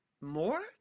more